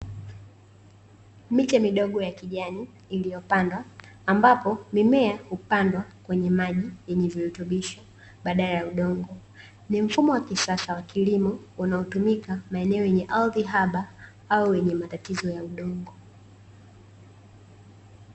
Miche midogo ya kijani iliyopandwa, ambapo mimea hupandwa kwenye maji yenye virutubisho badala ya udongo. Ni mfumo wa kisasa wa kilimo, unaotumika maeneo yenye ardhi haba au yenye matatizo ya udongo.